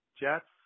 Jets